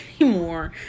anymore